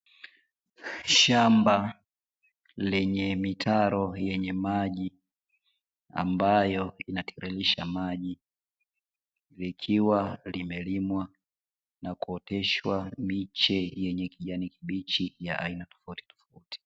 Shamba lenye mitaro yenye maji, ambayo inatenganisha maji, likiwa limelimwa na kuoteshwa miche yenye kijani kibichi ya aina tofautitofauti.